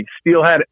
steelhead